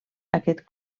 aquest